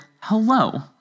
hello